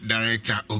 Director